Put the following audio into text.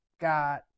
got